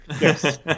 Yes